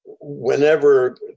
whenever